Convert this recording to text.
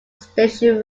station